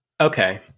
okay